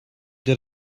der